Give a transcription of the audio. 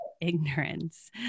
ignorance